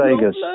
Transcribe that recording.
Vegas